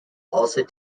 also